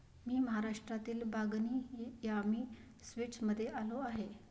मी महाराष्ट्रातील बागनी यामी स्वीट्समध्ये आलो आहे